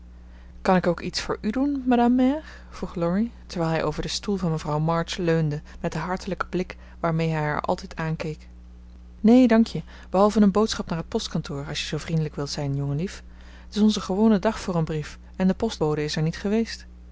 kan ik ook iets voor u doen madame mère vroeg laurie terwijl hij over den stoel van mevrouw march leunde met den hartelijken blik waarmee hij haar altijd aankeek neen dank je behalve een boodschap naar het postkantoor als je zoo vriendelijk wilt zijn jongenlief het is onze gewone dag voor een brief en de postbode is er niet geweest